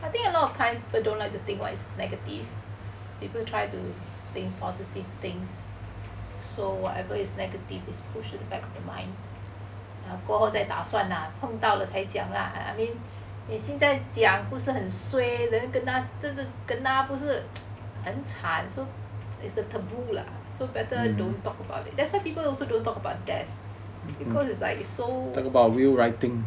I think a lot of times people don't like to think what is negative people try to think positive things so whatever is negative is pushed to the back of the mind like 过后再打算 lah 碰到了才讲 lah I mean 你现在讲不是很 suay then kena 真的 kena 那不是很惨 is the taboo lah so better don't talk about it that's why people also don't talk about death because is like so